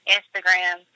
Instagram